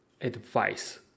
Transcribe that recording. advice